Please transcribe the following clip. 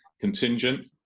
contingent